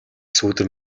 сүүдэр